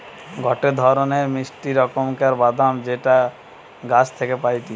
গটে ধরণের মিষ্টি রকমের বাদাম যেটা গাছ থাকি পাইটি